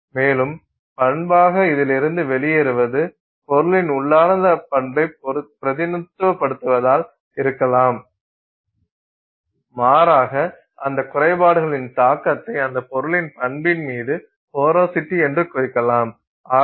மேலும் பண்பாக அதில் இருந்து வெளியேறுவது பொருளின் உள்ளார்ந்த பண்பை பிரதிநிதித்துவப்படுத்தாமல் இருக்கலாம் மாறாக அந்த குறைபாடுகளின் தாக்கத்தை அந்த பொருளின் பன்பின் மீது போரோசிட்டி என்று குறிக்கலாம்